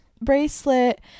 Bracelet